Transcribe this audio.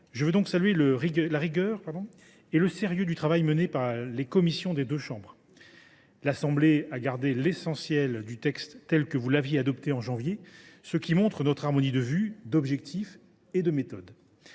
Je veux saluer la rigueur et le sérieux du travail mené par les commissions des deux chambres. L’Assemblée nationale a gardé l’essentiel du texte tel que vous l’aviez adopté en janvier dernier, ce qui montre notre harmonie de vue, d’objectifs et de méthode.